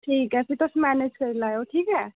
ठीक ऐ तुस मैनेज करी लैएओ ठीक ऐ